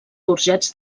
forjats